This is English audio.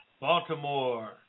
Baltimore